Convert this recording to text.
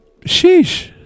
Sheesh